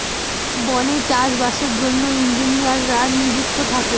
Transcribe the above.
বনে চাষ বাসের জন্য ইঞ্জিনিয়াররা নিযুক্ত থাকে